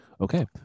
Okay